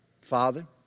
Father